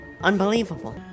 Unbelievable